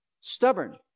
Stubborn